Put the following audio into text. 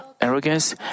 arrogance